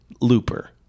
Looper